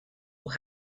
will